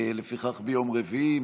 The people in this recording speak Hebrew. לפיכך, ביום רביעי.